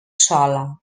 sola